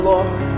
Lord